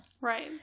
Right